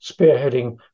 spearheading